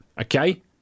Okay